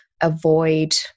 avoid